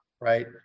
Right